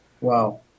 Wow